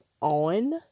on